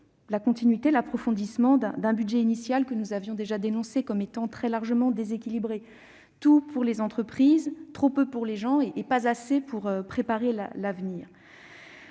la continuité l'approfondissement d'un budget initial que nous avions déjà dénoncé comme étant très largement déséquilibré : tout pour les entreprises, trop peu pour les gens et pas assez pour préparer l'avenir.